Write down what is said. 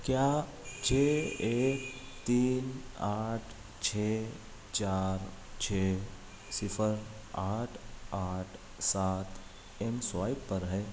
کیا چھ ایک تین آٹھ چھ چار چھ صفر آٹھ آٹھ سات ایم سوائیپ پر ہے